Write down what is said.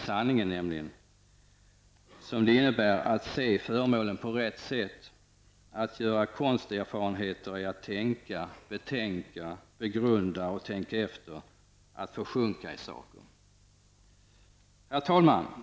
''Sanningen'' blir att se föremålen på rätt sätt. Att göra konsterfarenheter är att tänka, betänka, begrunda och tänka efter -- att försjunka i ''saker''.